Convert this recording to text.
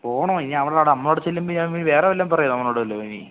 പോകണോ ഇനി അവിടെ നമ്മൾ അവിടെ ചെല്ലുമ്പോൾ ഇനി അവൻ പിന്നെ വേറെ വല്ലതും പറയുമോ നമ്മളോട് വല്ലതും ഇനി